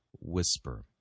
whisper